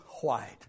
white